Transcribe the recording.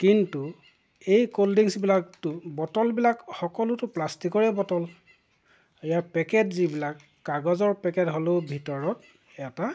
কিন্তু এই ক'ল্ড ড্ৰিংকছ্বিলাকটো বটলবিলাক সকলোতো প্লাষ্টিকৰে বটল ইয়াত পেকেট যিবিলাক কাগজৰ পেকেট হ'লেও ভিতৰত এটা